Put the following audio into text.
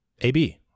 AB